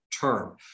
term